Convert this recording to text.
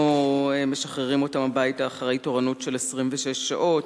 לא משחררים אותם הביתה אחרי תורנות של 26 שעות,